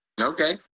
Okay